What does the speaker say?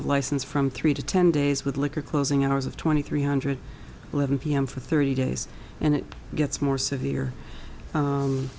of license from three to ten days with liquor closing hours of twenty three hundred eleven p m for thirty days and it gets more severe